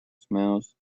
smells